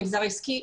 המגזר העסקי,